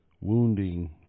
wounding